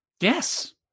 Yes